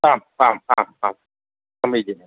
आम् आम् आम् आं समीचीनम्